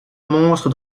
monstre